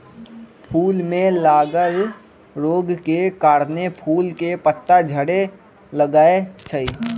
फूल में लागल रोग के कारणे फूल के पात झरे लगैए छइ